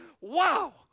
Wow